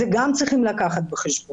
גם את זה צריך לקחת בחשבון.